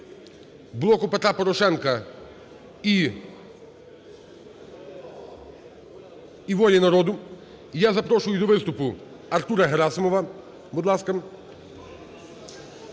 "Блоку Петра Порошенка", і "Волі народу". І я запрошую до виступу Артура Герасимова. Будь ласка.